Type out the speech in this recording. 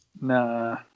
Nah